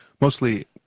mostly